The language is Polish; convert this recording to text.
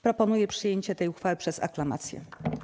Proponuję przyjęcie tej uchwały przez aklamację.